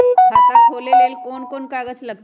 खाता खोले ले कौन कौन कागज लगतै?